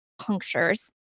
punctures